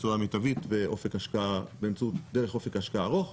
התשואה המיטבית דרך אופק השקעה ארוך,